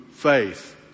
faith